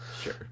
sure